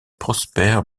prosper